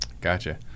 Gotcha